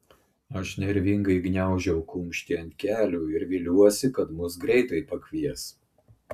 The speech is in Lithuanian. aš nervingai gniaužau kumštį ant kelių ir viliuosi kad mus greitai pakvies